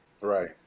Right